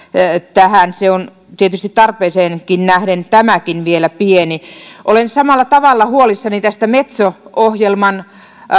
tähän se on tietysti tarpeeseenkin nähden tämäkin vielä pieni olen samalla tavalla huolissani tästä metso ohjelman